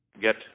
get